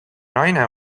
naine